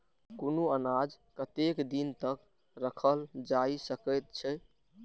कुनू अनाज कतेक दिन तक रखल जाई सकऐत छै?